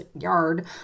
yard